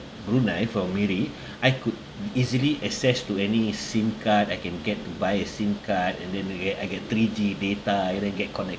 brunei from miri I could easily access to any sim card I can get to buy a sim card and then to get I get three G data and then get connected